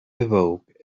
awoke